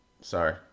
sorry